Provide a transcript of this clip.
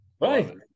right